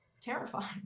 terrifying